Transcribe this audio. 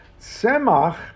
Semach